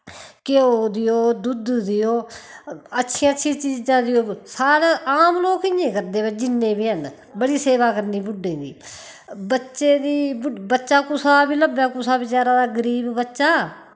घ्यो देओ दुध्द देओ अच्छी अच्छी चीजां देओ साढ़ै आम लोग इ'यीं करदे जिन्ने बी हैन बड़ी सेवा करनी बुड्डें दी बच्चें दी बच्चा कुसा बी लब्भै कुसा बचारे दा गरीब बच्चा